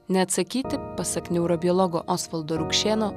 neatsakyti pasak neurobiologo osvaldo rukšėno